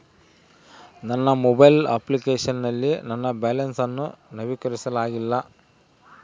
ನನ್ನ mobile application ನಲ್ಲಿ ನನ್ನ ಬ್ಯಾಲೆನ್ಸ್ ಅನ್ನು ನವೀಕರಿಸಲಾಗಿಲ್ಲ